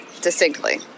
Distinctly